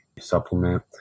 supplement